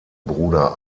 bruder